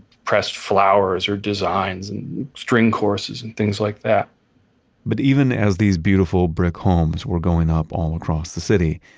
pressed flowers or designs and string courses and things like that but even as these beautiful brick homes were going up all across the city,